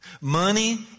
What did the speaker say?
Money